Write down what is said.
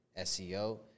SEO